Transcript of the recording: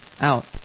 out